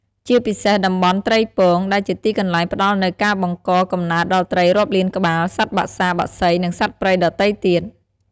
ជាពិសេសតំបន់ត្រីពង ដែលជាទីកន្លែងផ្តល់នូវការបង្កកំណើតដល់ត្រីរាប់លានក្បាល សត្វបក្សា បក្សី និងសត្វព្រៃដ៏ទៃទៀត។